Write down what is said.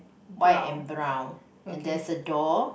white and brown and there's a door